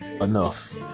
enough